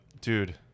dude